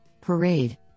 Parade